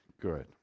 good